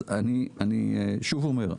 אז אני שוב אומר,